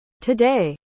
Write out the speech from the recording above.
Today